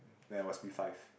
when I was P five